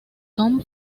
tom